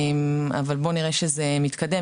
אבל בואו נראה שזה מתקדם,